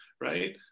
right